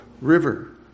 river